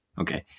Okay